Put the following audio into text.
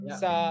sa